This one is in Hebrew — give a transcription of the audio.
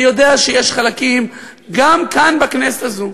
אני יודע שיש חלקים גם כאן, בכנסת הזאת,